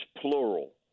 plural